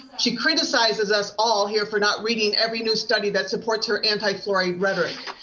she criticizes us all here for not reading every new study that supports her anti fluoride rhetoric.